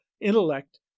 intellect